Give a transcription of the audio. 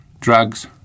drugs